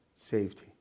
Safety